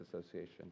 association